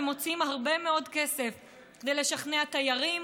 ומוציאים הרבה מאוד כסף כדי לשכנע תיירים